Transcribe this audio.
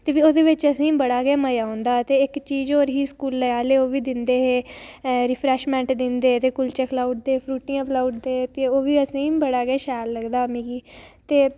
ते भी बी असें गी ओह्दे बिच बड़ा गै मज़ा औंदा हा ते इक्क चीज़ होर ही स्कूलै आह्ले ओह्बी दिंदे हे रीफ्रेशमेंट दिंदे हे ते कुल्चे खलाई ओड़दे हे फ्रूटियां पलेआई ओड़दे हे ते ओह्बी बड़ा शैल लगदा हा मिगी ते